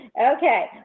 Okay